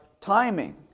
timing